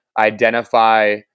identify